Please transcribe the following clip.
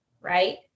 right